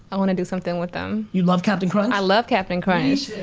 i wanna do something with them. you love cap'n crunch? i love cap'n crunch.